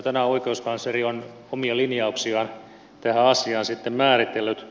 tänään oikeuskansleri on omia linjauksiaan tähän asiaan sitten määritellyt